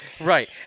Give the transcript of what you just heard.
Right